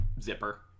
Zipper